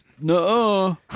no